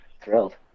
thrilled